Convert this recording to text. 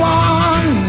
one